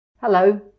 Hello